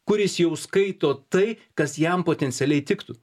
kuris jau skaito tai kas jam potencialiai tiktų